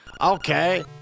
Okay